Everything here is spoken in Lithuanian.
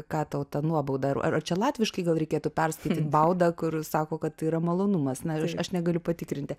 ką tau ta nuobauda ar ar čia latviškai gal reikėtų perskaityti baudą kur sako kad tai yra malonumas na aš aš negaliu patikrinti